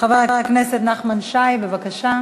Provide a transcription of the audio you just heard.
חבר הכנסת נחמן שי, בבקשה.